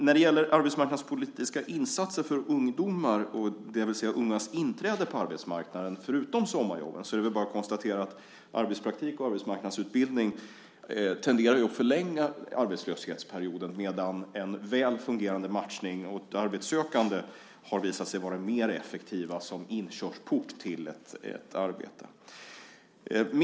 När det gäller arbetsmarknadspolitiska insatser för ungdomar, det vill säga ungas inträde på arbetsmarknaden förutom sommarjobben, är det bara att konstatera att arbetspraktik och arbetsmarknadsutbildning tenderar att förlänga arbetslöshetsperioden, medan en väl fungerande matchning åt arbetssökande har visat sig vara mer effektiv som inkörsport till ett arbete.